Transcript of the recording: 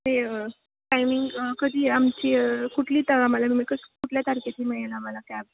ते टायमिंग कधी आमची कुठली तर आम्हाला तुम्ही कसं कुठल्या तारखेची मिळेल आम्हाला कॅब